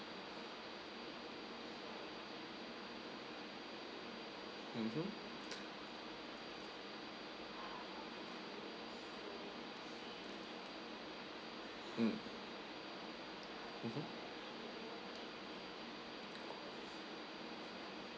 mmhmm mm mmhmm